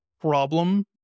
problem